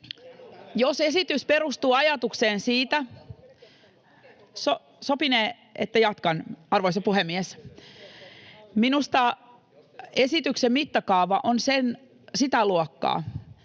jos esitys perustuu ajatukseen siitä... — Sopinee, että jatkan, arvoisa puhemies. — Minusta esityksen mittakaava on sitä luokkaa,